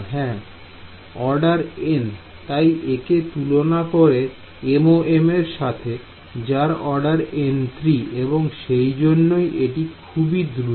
হ্যাঁ order n তাই একে তুলনা করো MoM এর সাথে যার অর্ডার n3 এবং সেই জন্য এটি খুবই দ্রুত